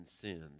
sins